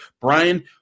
Brian